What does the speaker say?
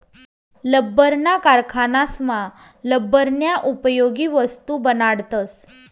लब्बरना कारखानासमा लब्बरन्या उपयोगी वस्तू बनाडतस